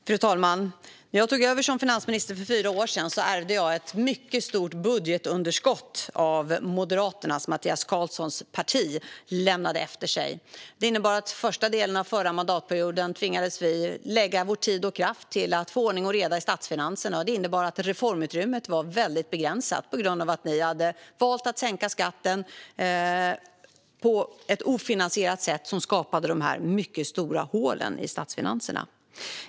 Fru talman! När jag för fyra år sedan tog över som finansminister ärvde jag ett mycket stort budgetunderskott som Mattias Karlssons parti Moderaterna lämnade efter sig. Det innebar att vi under den första delen av förra mandatperioden tvingades lägga vår tid och kraft på att få ordning och reda i statsfinanserna. Reformutrymmet var väldigt begränsat på grund av att ni på ett ofinansierat sätt hade valt att sänka skatten, vilket skapade dessa mycket stora hål i statsfinanserna.